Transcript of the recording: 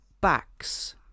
backs